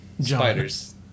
Spiders